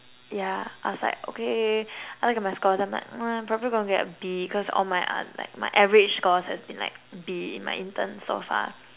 yeah I was like okay I look at my score then I'm like I'm probably going to get B cause all my uh like my average scores has been like B in my intern so far